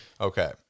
Okay